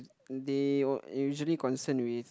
they usually concern with